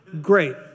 Great